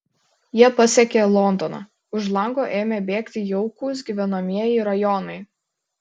jie pasiekė londoną už lango ėmė bėgti jaukūs gyvenamieji rajonai